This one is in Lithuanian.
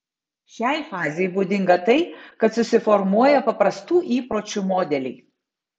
šiai fazei būdinga tai kad susiformuoja paprastų įpročių modeliai